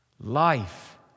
Life